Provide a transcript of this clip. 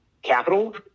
capital